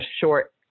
short